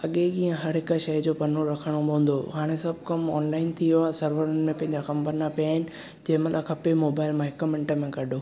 अॻे कीअं हर हिकु शै जो पन्नो रखणो पवंदो हाणे सभु कमु ऑनलाइन थी वयो आहे सर्वरनि में पंहिंजा कमु पन्ना पिया आहिनि जंहिं महिल खपे मोबाइल में हिकु मिंटु में कढो